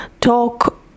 talk